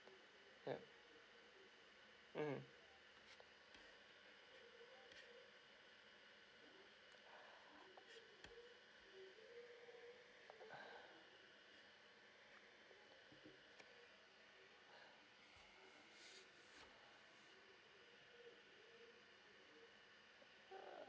yeah mm